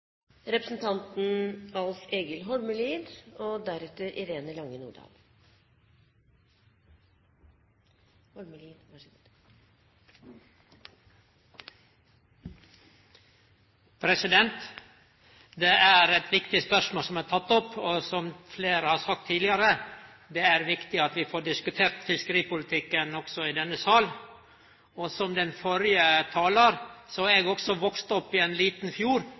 Det er eit viktig spørsmål som har blitt teke opp, og som fleire har sagt tidlegare: Det er viktig at vi får diskutert fiskeripolitikken også i denne salen. Som den førre talaren har eg også vakse opp ved ein liten fjord,